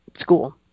school